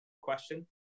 question